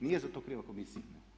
Nije za to kriva komisija.